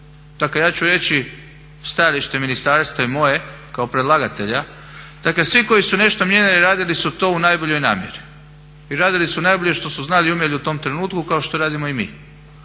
dakle ja ću reći stajalište ministarstva i moje kao predlagatelja, dakle svi koji su nešto mijenjali radili su to u najboljoj namjeri i radili su najbolje što su znali i umjeli u tom trenutku kao što radimo i mi.